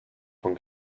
von